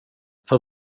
för